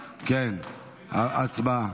הצבעה.